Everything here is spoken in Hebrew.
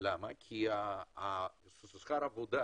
כי שכר עבודה